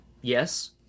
Yes